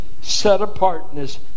set-apartness